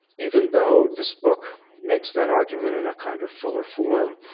even though this book makes that argument in a kind of fuller form,